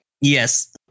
Yes